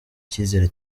icyizere